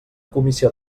comissió